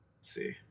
see